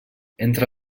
entre